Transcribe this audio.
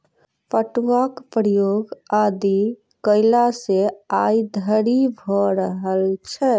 पटुआक प्रयोग आदि कालसँ आइ धरि भ रहल छै